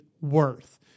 worth